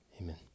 amen